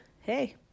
hey